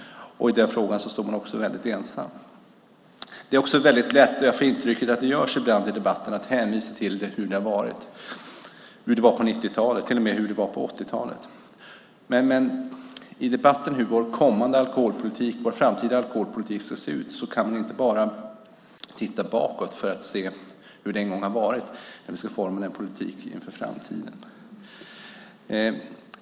I den frågan står man också väldigt ensam. Det är också väldigt lätt, och jag får intrycket att det görs ibland i debatten, att hänvisa till hur det har varit, hur det var på 90-talet, till och med hur det var på 80-talet. Men i debatten om hur vår framtida alkoholpolitik ska se ut kan vi inte bara titta bakåt. Vi kan inte utgå från hur det en gång har varit när vi ska forma en politik inför framtiden.